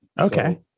okay